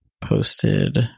posted